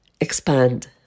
Expand